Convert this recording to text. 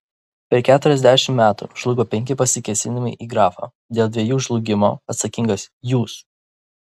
per keturiasdešimt metų žlugo penki pasikėsinimai į grafą dėl dviejų žlugimo atsakingas jūs